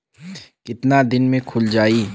कितना दिन में खुल जाई?